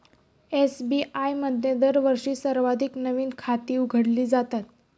SBI मध्ये दरवर्षी सर्वाधिक नवीन खाती उघडली जातात